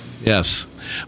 Yes